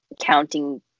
counting